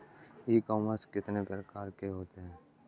ई commerce कितने प्रकार के होते हैं?